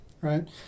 right